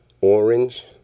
orange